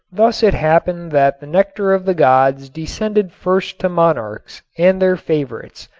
thus it happened that the nectar of the gods descended first to monarchs and their favorites,